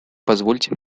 позвольте